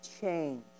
change